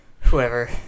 whoever